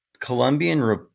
Colombian